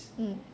mm